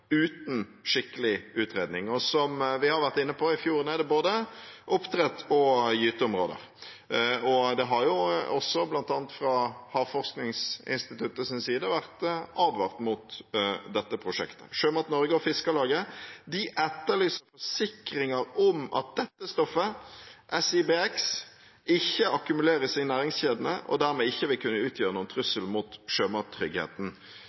uten skikkelig utredning. Og som vi har vært inne på: I fjorden er det både oppdrett og gyteområder. Det har også, bl.a. fra Havforskningsinstituttets side, vært advart mot dette prosjektet. Sjømat Norge og Fiskarlaget etterlyser forsikringer om at stoffet SIBX ikke akkumuleres i næringskjedene, og dermed ikke vil kunne utgjøre noen trussel mot sjømattryggheten.